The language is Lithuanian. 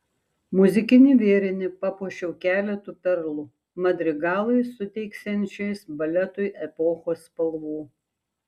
muzikinį vėrinį papuošiau keletu perlų madrigalais suteiksiančiais baletui epochos spalvų